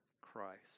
Christ